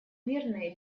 мирные